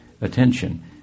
attention